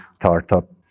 startup